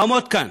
לעמוד כאן